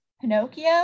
pinocchio